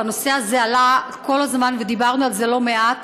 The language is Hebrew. והנושא הזה עלה כל הזמן ודיברנו על זה לא מעט: